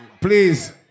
Please